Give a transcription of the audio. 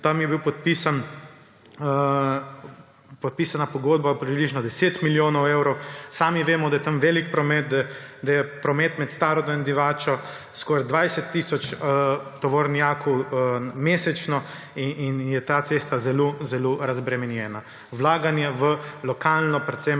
je bila pogodba za približno 10 milijonov evrov. Sami vemo, da je tam velik promet, da je promet med Starodom in Divačo skoraj 20 tisoč tovornjakov mesečno in je ta cesta zelo zelo razbremenjena. Vlaganje v lokalno, predvsem